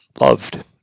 loved